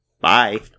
bye